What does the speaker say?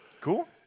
Cool